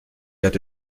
hatte